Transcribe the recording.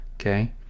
okay